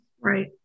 Right